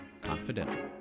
Confidential